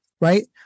right